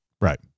right